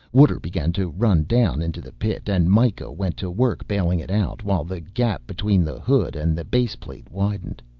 water began to run down into the pit and mikah went to work bailing it out, while the gap between the hood and the baseplate widened.